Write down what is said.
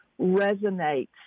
resonates